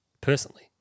personally